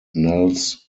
nels